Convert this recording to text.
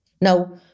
Now